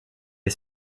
est